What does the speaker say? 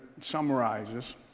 summarizes